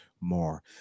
more